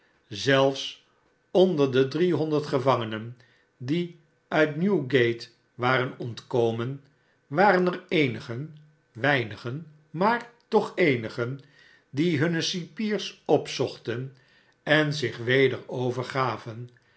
zelfs onder de driehonderd gevangenen die uit newgate waren ontkomen waren er eenigen weinigen maar toch eenigen die hunne cipiers opzochten en zich weder overgaven